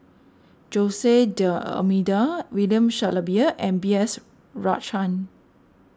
Jose D'Almeida William Shellabear and B S Rajhans